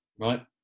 right